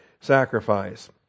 sacrifice